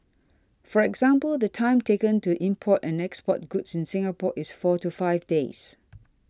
for example the time taken to import and export goods in Singapore is four to five days